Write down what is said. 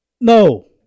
No